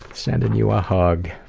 sending you a hug,